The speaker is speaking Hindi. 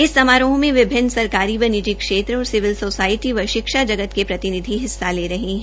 इस समारोह में विभिन्न सरकारी व निजी क्षेत्र के सिविल सोसायटी व शिक्षा जगत के प्रतिनिधि हिस्सा ले रहे है